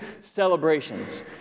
celebrations